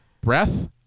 Breath